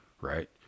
right